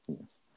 Yes